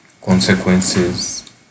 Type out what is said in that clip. consequences